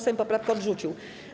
Sejm poprawkę odrzucił.